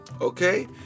Okay